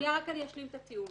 אני רק אשלים את הטיעון.